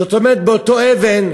זאת אומרת, באותה אבן,